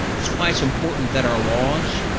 that's why it's important that our laws,